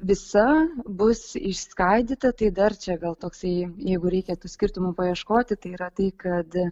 visa bus išskaidyta tai dar čia gal toksai jeigu reikia tų skirtumų paieškoti tai yra tai kad